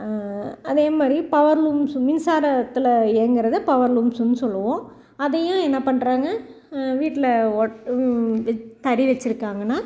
அதேமாதிரி power looms மின்சாரத்தில் இயங்கிறத பவர் லூம்ஸுன்னு சொல்லுவோம் அதையும் என்ன பண்ணுறாங்க வீட்டில் ஓட் வெச் தறி வெச்சுருக்காங்கன்னா